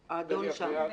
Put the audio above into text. אביעד,